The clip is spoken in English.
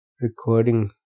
recording